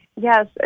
Yes